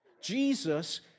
Jesus